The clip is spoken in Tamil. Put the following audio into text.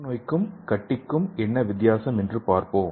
புற்றுநோய்க்கும் கட்டிக்கும் என்ன வித்தியாசம் என்று பார்ப்போம்